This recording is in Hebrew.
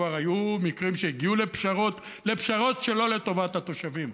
כבר היו מקרים שהגיעו לפשרות שהן לא לטובת התושבים,